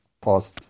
Pause